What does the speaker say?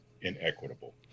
inequitable